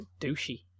douchey